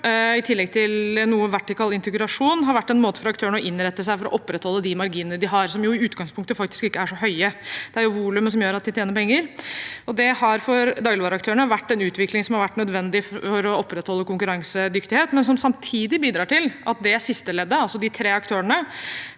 i tillegg til noe vertikal integrasjon, har vært en måte for aktørene å innrette seg på for å opprettholde de marginene de har, som i utgangspunktet faktisk ikke er så høye. Det er jo volumet som gjør at de tjener penger, og det har for dagligvareaktørene vært en utvikling som har vært nødvendig for å opprettholde konkurransedyktighet, men som samtidig bidrar til at det siste leddet, altså de tre aktørene,